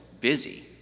busy